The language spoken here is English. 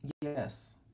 Yes